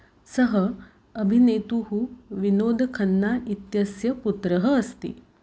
सः अभिनेतुः विनोदखन्ना इत्यस्य पुत्रः अस्ति